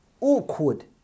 awkward